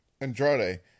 Andrade